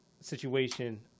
situation